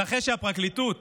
ואחרי שהפרקליטות